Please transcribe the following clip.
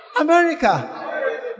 America